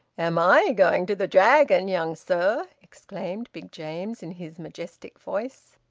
am i going to the dragon, young sir! exclaimed big james, in his majestic voice.